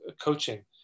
coaching